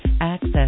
Access